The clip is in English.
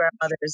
grandmothers